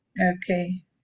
Okay